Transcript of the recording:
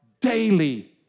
daily